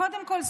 קודם כול,